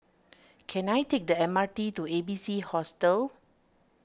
can I take the M R T to A B C Hostel